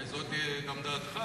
הרי זוהי גם דעתך.